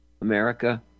America